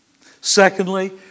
Secondly